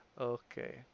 Okay